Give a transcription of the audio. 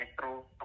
metro